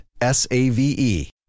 S-A-V-E